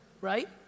right